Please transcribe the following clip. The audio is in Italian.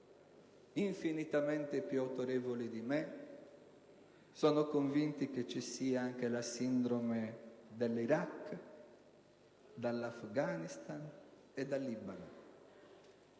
infinitamente più autorevoli di me, sono convinti che ci sia la sindrome dell'Iraq, dell'Afghanistan e del Libano.